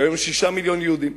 שהיום יש 6 מיליון יהודים?